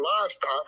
livestock